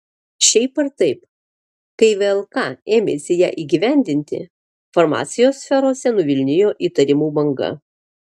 šiaip ar taip kai vlk ėmėsi ją įgyvendinti farmacijos sferose nuvilnijo įtarimų banga